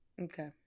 Okay